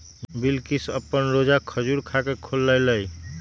बिलकिश अप्पन रोजा खजूर खा के खोललई